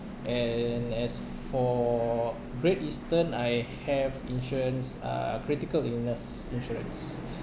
and as for great eastern I have insurance uh critical illness insurance